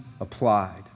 applied